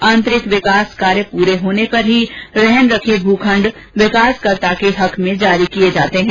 आन्तरिक विकास कार्य पूरे होने पर ही रहन रखे भूखण्ड विकासकर्ता के हक में जारी किये जाते है